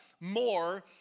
more